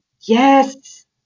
yes